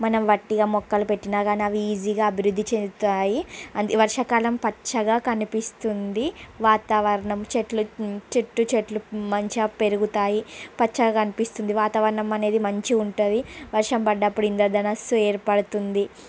మనం వట్టిగా మొక్కలు పెట్టిన గాని అవి ఈజీ గా అభివృద్ధి చెందుతాయి వర్షకాలం పచ్చగా కనిపిస్తుంది వాతావరణం చెట్లు చెట్టు చెట్లు మంచిగా పెరుగుతాయి పచ్చగా అనిపిస్తుంది వాతావరణం అనేది మంచి ఉంటుంది వర్షం పడ్డప్పుడు ఇంద్రధనస్సు ఏర్పడుతుంది